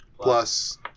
Plus